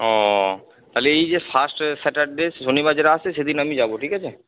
ও তাহলে এই যে ফার্স্ট স্যাটারডে শনিবার যেটা আসছে সেদিন আমি যাব ঠিক আছে